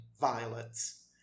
violets